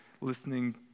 listening